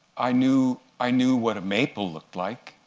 i knew i knew what a maple looked like,